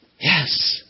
Yes